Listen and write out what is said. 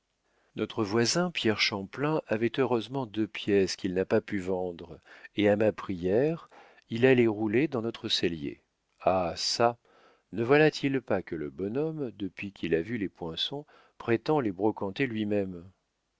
notre voisin pierre champlain avait heureusement deux pièces qu'il n'a pas pu vendre et à ma prière il les a roulées dans notre cellier ah çà ne voilà-t-il pas que le bonhomme depuis qu'il a vu les poinçons prétend les brocanter lui-même